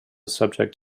subject